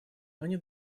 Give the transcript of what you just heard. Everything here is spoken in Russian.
они